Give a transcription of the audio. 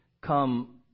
come